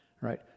right